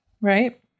right